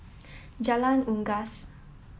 Jalan Unggas